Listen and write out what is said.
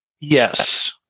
yes